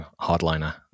hardliner